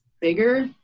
bigger